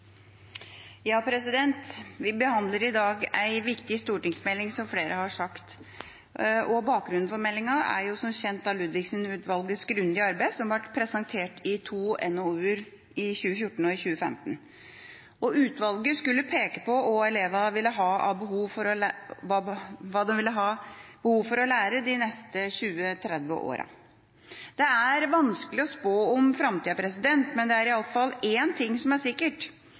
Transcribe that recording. Vi behandler i dag en viktig stortingsmelding, som flere har sagt, og bakgrunnen for meldinga er som kjent Ludvigsen-utvalgets grundige arbeid, som ble presentert i to NOU-er, i 2014 og i 2015. Utvalget skulle peke på hva elevene ville ha behov for å lære de neste 20–30 årene. Det er vanskelig å spå om framtida, men det er iallfall én ting som er sikkert: